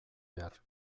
behar